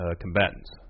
combatants